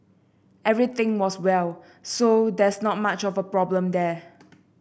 everything was well so there's not much of a problem there